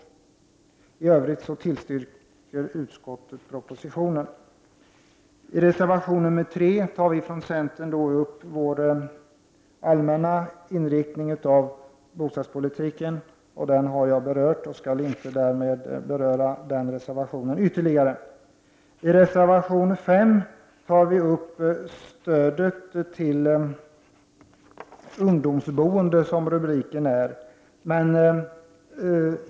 I reservation nr 3 tar vi från centern upp vår allmänna inriktning för bo stadspolitiken. Den har jag redan berört, och jag skall därför inte beröra denna reservation ytterligare. I reservation nr 5 tar vi upp stödet till ungdomsboende, som rubriken lyder.